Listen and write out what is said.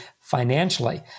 financially